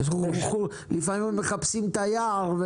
לפעמים מחפשים את היער,